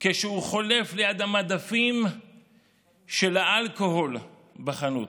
כשהוא חולף ליד המדפים של האלכוהול בחנות.